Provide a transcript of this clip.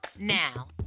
Now